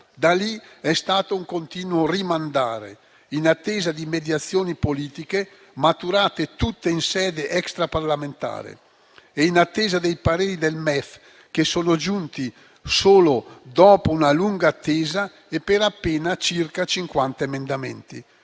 Da lì è stato un continuo rimandare, in attesa di mediazioni politiche maturate tutte in sede extraparlamentare e dei pareri del MEF, che sono giunti solo dopo una lunga attesa e per appena circa 50 emendamenti.